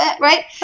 right